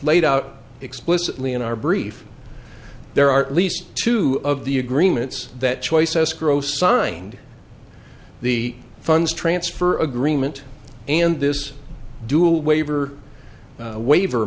laid out explicitly in our brief there are at least two of the agreements that choice escrow signed the funds transfer agreement and this dual waiver waiver